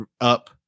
up